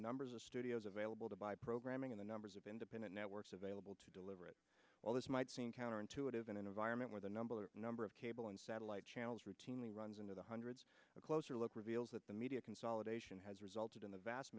numbers of studios available to buy programming in the numbers of independent networks available to deliver it all this might seem counterintuitive in an environment where the number of number of cable and satellite channels routinely runs into the hundreds a closer look reveals that the media consolidation has resulted in the vast